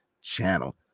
channel